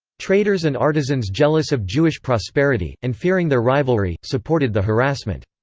traders and artisans jealous of jewish prosperity, and fearing their rivalry, supported the harassment.